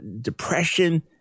depression